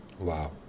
Wow